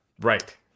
right